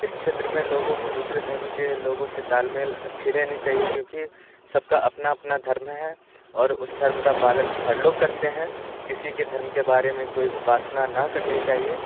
इस क्षेत्र में लोगों को दूसरे धर्म के लोगों से तालमेल अच्छी रहनी चाहिए क्योंकि सबका अपना अपना धर्म है और उस धर्म का पालन हर लोग करते हैं किसी के धर्म के बार में कोई उपासना ना करनी चाहिए